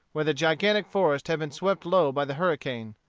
where the gigantic forest had been swept low by the hurricane.